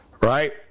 right